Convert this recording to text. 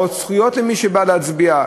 או עוד זכויות למי שבא להצביע.